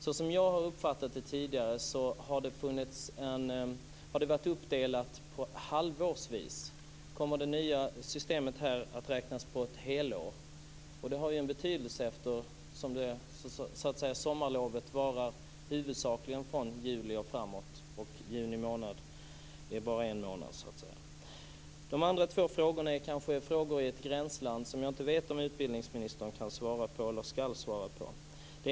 Såsom jag har uppfattat det tidigare har det varit uppdelat halvårsvis. Kommer det nya systemet att räknas på helår? Det har ju betydelse, eftersom sommarlovet varar huvudsakligen fr.o.m. juli och framåt. De andra två frågorna befinner sig kanske i ett gränsland, och jag vet inte om utbildningsministern kan svara på dem och ska svara på dem.